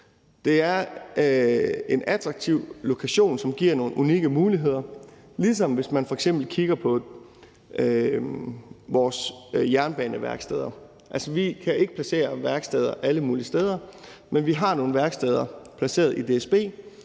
Det er en attraktiv lokation, som giver nogle unikke muligheder, ligesom hvis man f.eks. kigger på vores jernbaneværksteder. Altså, vi kan ikke placere værksteder alle mulige steder, men vi har nogle værksteder i DSB,